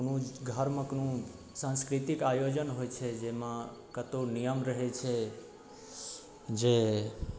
कोनो घरमे कोनो सांस्कृतिक आयोजन होइ छै जाहिमे कतहु नियम रहै छै जे